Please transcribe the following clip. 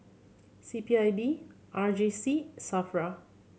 C P I B R J C SAFRA